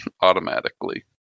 automatically